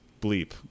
bleep